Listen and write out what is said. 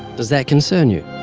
does that concern you?